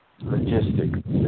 logistics